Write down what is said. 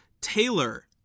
Taylor